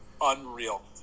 unreal